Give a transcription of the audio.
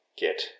get